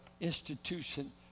institution